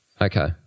Okay